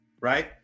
right